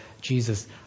Jesus